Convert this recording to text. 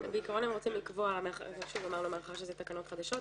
מאחר שאלה תקנות חדשות,